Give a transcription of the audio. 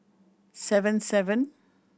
seven seven